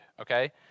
Okay